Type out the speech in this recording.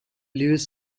louis